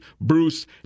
Bruce